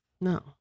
No